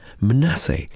Manasseh